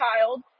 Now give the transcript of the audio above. child